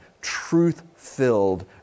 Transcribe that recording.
truth-filled